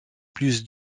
plus